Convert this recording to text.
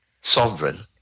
sovereign